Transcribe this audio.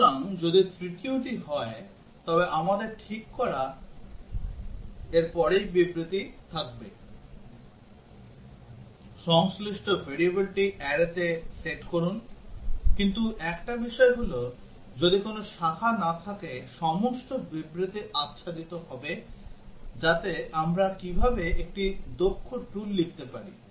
সুতরাং যদি তৃতীয়টি হয় তবে আমাদের ঠিক এর পরেই বিবৃতি থাকবে সংশ্লিষ্ট variableটি arrayতে সেট করুন কিন্তু একটা বিষয় হল যদি কোন শাখা না থাকে সমস্ত বিবৃতি আচ্ছাদিত হবে যাতে আমরা কীভাবে একটি দক্ষ tool লিখতে পারি